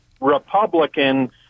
Republican